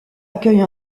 accueille